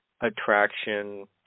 attraction